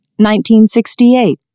1968